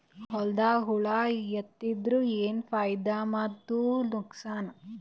ಹೊಲದಾಗ ಹುಳ ಎತ್ತಿದರ ಏನ್ ಫಾಯಿದಾ ಮತ್ತು ನುಕಸಾನ?